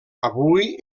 avui